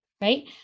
right